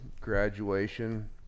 graduation